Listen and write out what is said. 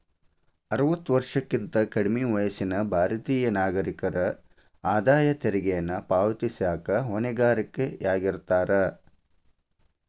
ಅರವತ್ತ ವರ್ಷಕ್ಕಿಂತ ಕಡ್ಮಿ ವಯಸ್ಸಿನ ಭಾರತೇಯ ನಾಗರಿಕರ ಆದಾಯ ತೆರಿಗೆಯನ್ನ ಪಾವತಿಸಕ ಹೊಣೆಗಾರರಾಗಿರ್ತಾರ